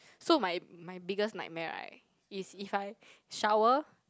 so my my biggest nightmare right is if I shower